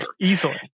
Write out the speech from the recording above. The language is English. Easily